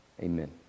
amen